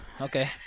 okay